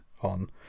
on